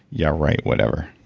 yeah, right. whatever.